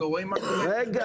אנחנו רואים מה קורה.